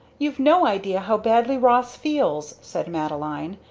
you've no idea how badly ross feels! said madeline.